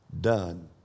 done